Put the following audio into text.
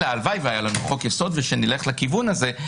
הלוואי והיה לנו חוק יסוד ושנלך לכיוון הזה.